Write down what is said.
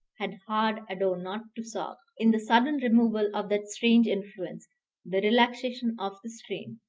had hard ado not to sob, in the sudden removal of that strange influence the relaxation of the strain.